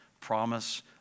promise